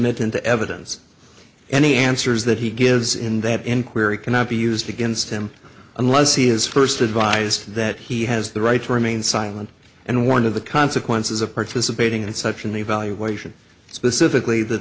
into evidence any answers that he gives in that inquiry cannot be used against him unless he is first advised that he has the right to remain silent and one of the consequences of participating in such an evaluation specifically that